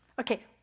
Okay